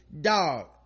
dog